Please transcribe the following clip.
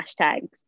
hashtags